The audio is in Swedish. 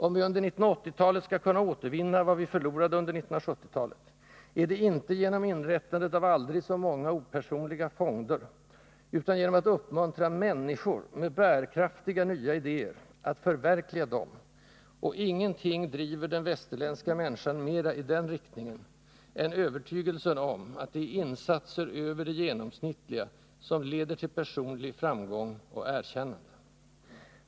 Om vi under 1980-talet skall kunna återvinna vad vi förlorade under 1970-talet, är det inte genom inrättandet av aldrig så många opersonliga fonder, utan genom att uppmuntra människor med bärkraftiga, nya idéer att förverkliga dem, och ingenting driver den västerländska människan mera i den riktningen än övertygelsen om att det är insatser över det genomsnittliga som leder till personlig framgång och erkännande.